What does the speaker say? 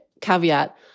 caveat